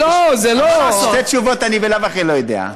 שתי תשובות אני בלאו הכי לא יודע.